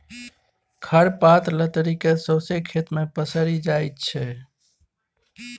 खर पात लतरि केँ सौंसे खेत मे पसरि जाइ छै